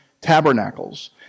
tabernacles